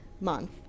Month